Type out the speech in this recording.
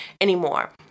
anymore